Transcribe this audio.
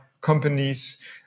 companies